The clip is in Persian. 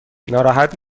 ناراحت